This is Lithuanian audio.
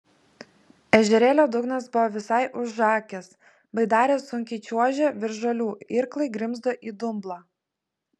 ežerėlio dugnas buvo visai užakęs baidarė sunkiai čiuožė virš žolių irklai grimzdo į dumblą